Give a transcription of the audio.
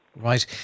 Right